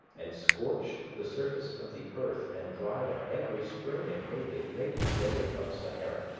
and scorched the surface of the earth, and dried up every spring, and made the great desert of sahara,